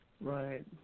Right